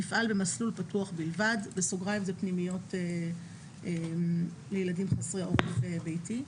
תפעל במסלול פתוח בלבד," - אלה פנימיות לילדים חסרי עורף ביתי.